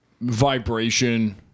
vibration